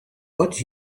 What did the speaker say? what